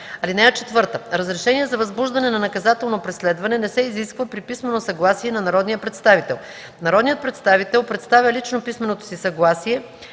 данни. (4) Разрешение за възбуждане на наказателно преследване не се изисква при писмено съгласие на народния представител. Народният представител представя лично писменото си съгласие